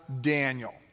Daniel